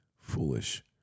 foolish